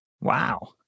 Wow